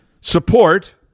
support